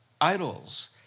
idols